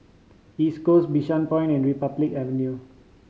East Coast Bishan Point and Republic Avenue